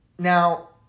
Now